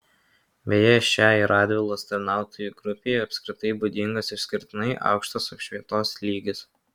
beje šiai radvilos tarnautojų grupei apskritai būdingas išskirtinai aukštas apšvietos lygis